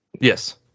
yes